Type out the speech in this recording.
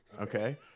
okay